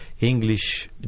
English